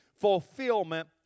fulfillment